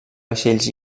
vaixells